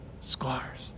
scars